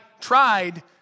tried